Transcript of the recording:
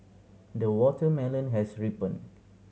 the watermelon has ripened